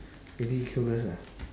ridiculous ah